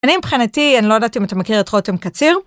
אני מבחינתי, אני לא יודעת אם אתה מכיר את רותם קציר.